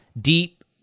Deep